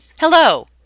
Hello